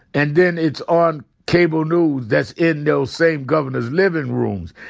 and then it's on cable news that's in those same governors' living rooms,